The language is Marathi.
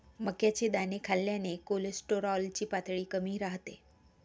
मक्याचे दाणे खाल्ल्याने कोलेस्टेरॉल ची पातळी कमी राहते